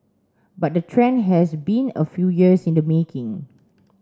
but the trend has been a few years in the making